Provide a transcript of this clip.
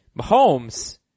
Mahomes